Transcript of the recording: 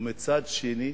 ומצד שני,